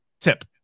tip